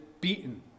beaten